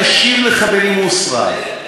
אני משיב לך בנימוס רב.